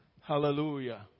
Hallelujah